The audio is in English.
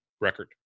record